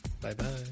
Bye-bye